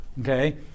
Okay